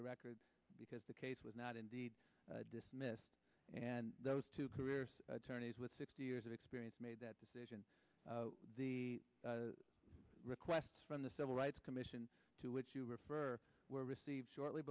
the record because the case was not indeed dismissed and those two careers attorneys with sixty years of experience made that decision the requests from the civil rights commission to which you refer were received shortly